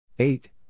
Eight